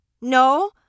No